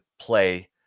play